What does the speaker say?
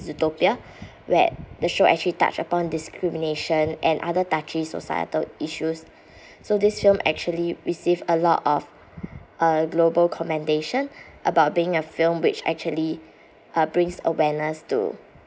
zootopia where the show actually touched upon discrimination and other touchy societal issues so this film actually received a lot of uh global commendation about being a film which actually uh brings awareness to